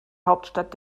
hauptstadt